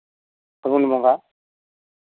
ᱯᱷᱟᱹᱜᱩᱱ ᱵᱚᱸᱜᱟ